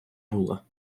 була